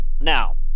Now